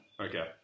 Okay